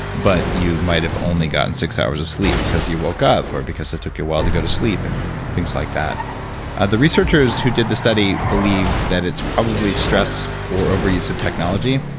but you might have only gotten six hours of sleep, because you woke up or because it took a while to go to sleep and things like that the researchers who did this study believe that it's probably stress or overuse of technology.